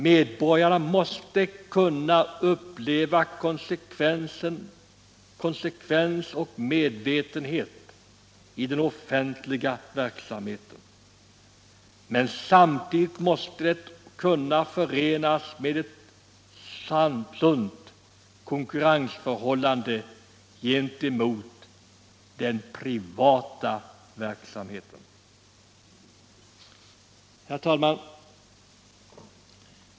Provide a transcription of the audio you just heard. Medborgarna måste kunna uppleva konsekvens och medvetenhet i den offentliga verksamheten, men samtidigt måste detta kunna förenas med ett sunt konkurrensförhållande gentemot den privata verksamheten. Herr talman!